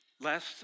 Last